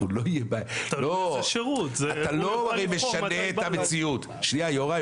אתה הרי לא משנה את המציאות יוראי,